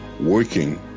working